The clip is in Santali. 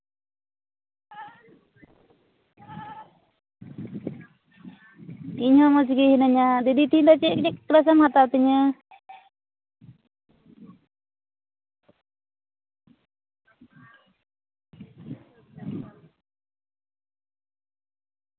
ᱤᱧ ᱦᱚᱸ ᱢᱚᱡᱽᱜᱮ ᱦᱤᱱᱟᱹᱧᱟ ᱫᱤᱫᱤ ᱛᱮᱦᱮᱧ ᱫᱚ ᱪᱮᱫ ᱪᱮᱫ ᱠᱞᱟᱥᱮᱢ ᱦᱟᱛᱟᱣ ᱛᱤᱧᱟᱹ